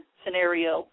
scenario